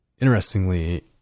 Interestingly